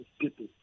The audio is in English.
people